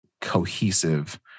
cohesive